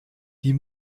die